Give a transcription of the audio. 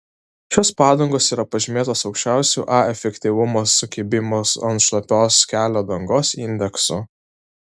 šios padangos yra pažymėtos aukščiausiu a efektyvumo sukibimo ant šlapios kelio dangos indeksu